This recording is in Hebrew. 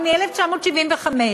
אבל מ-1975,